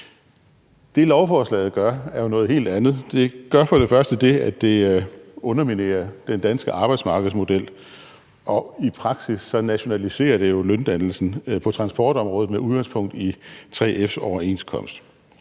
Det, lovforslaget gør, er jo noget helt andet. Det gør for det første det, at det underminerer den danske arbejdsmarkedsmodel, og i praksis nationaliserer det jo løndannelsen på transportområdet med udgangspunkt i 3F’s overenskomst,